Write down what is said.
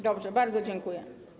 Dobrze, bardzo dziękuję.